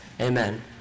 Amen